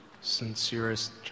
sincerest